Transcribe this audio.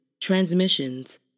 Transmissions